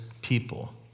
people